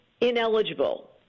ineligible